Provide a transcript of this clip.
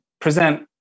present